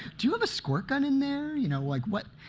do you have a squirt gun in there? you know like, what